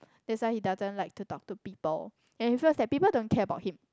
that's why he doesn't like to talk to people and he feels that people don't care about him